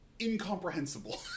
incomprehensible